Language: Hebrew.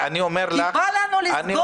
כי בא לנו לסגור?